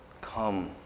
come